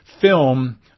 film